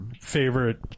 favorite